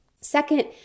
Second